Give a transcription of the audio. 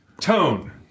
Tone